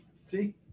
See